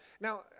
Now